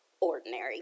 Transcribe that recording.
ordinary